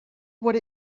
what